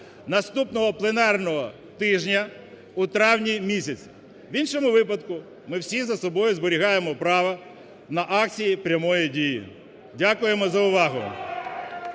наступного пленарного тижня у травні місяці, в іншому випадку, ми всі за собою зберігаємо право на акції прямої дії. Дякуємо за увагу.